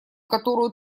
которую